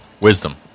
Wisdom